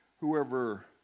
whoever